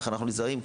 איך אנחנו נזהרים,